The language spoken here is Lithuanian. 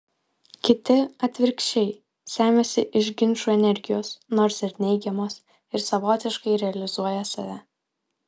kiti atvirkščiai semiasi iš ginčų energijos nors ir neigiamos ir savotiškai realizuoja save